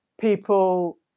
people